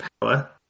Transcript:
power